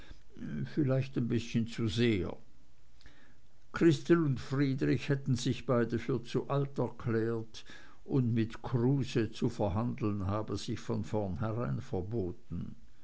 vielleicht ein bißchen zu sehr christel und friedrich hätten sich beide für zu alt erklärt und mit kruse zu verhandeln habe sich von vornherein verboten